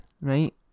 right